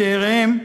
לשאיריהם,